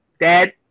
Dad